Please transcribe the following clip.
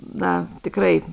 na tikrai